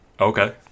Okay